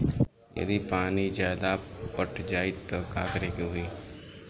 यदि पानी ज्यादा पट जायी तब का करे के चाही?